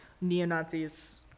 neo-Nazis